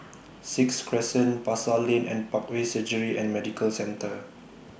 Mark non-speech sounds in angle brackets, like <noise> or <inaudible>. <noise> Sixth Crescent Pasar Lane and Parkway Surgery and Medical Centre